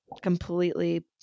completely